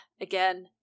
again